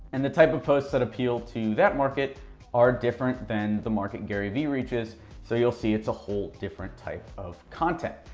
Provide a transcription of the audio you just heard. and the type of posts that appeal to that market are different than the market garyvee reaches so you'll see it's a whole different type of content.